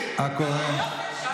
אצלי.